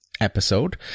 episode